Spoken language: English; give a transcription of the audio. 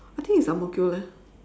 I think it's ang-mo-kio leh